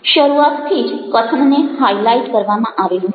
શરૂઆતથી જ કથનને હાઈલાઈટ કરવામાં આવેલું છે